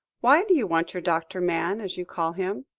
why do you want your doctor man, as you call him?